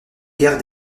guerre